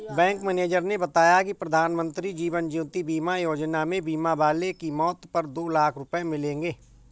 bank manager ने बताया कि प्रधानमंत्री जीवन ज्योति बीमा योजना में बीमा वाले की मौत पर दो लाख रूपये मिलेंगे